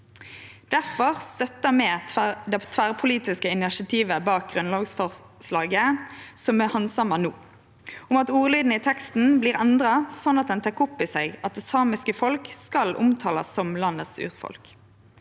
Derfor støtta vi det tverrpolitiske initiativet bak grunnlovsforslaget som vi handsamar no, om at ordlyden i teksten vert endra, sånn at han tek opp i seg at det samiske folk skal omtalast som landets urfolk.